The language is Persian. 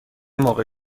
موقع